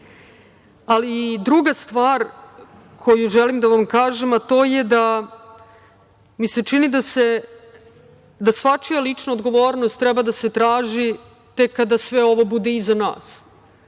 Srbije. Druga stvar koju želim da vam kažem, a to je da mi se čini da svačija lična odgovornost treba da se traži tek kada sve ovo bude iza nas